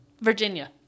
virginia